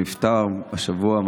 והוא נפטר השבוע.